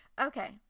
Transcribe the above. Okay